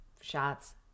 Shots